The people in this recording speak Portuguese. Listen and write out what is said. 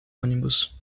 ônibus